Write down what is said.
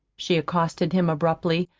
she accosted him abruptly,